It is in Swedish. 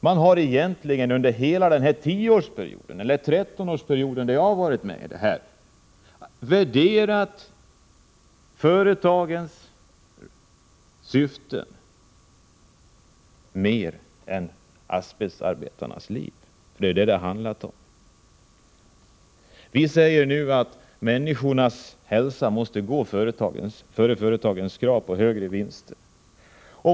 Man har egentligen under hela 10-årsperioden — eller den 13-årsperiod jag har varit med i kampen mot asbest — värderat företagens syften högre än asbestarbetarnas liv. Vi säger nu att människornas hälsa måste gå före företagens krav på högre vinster.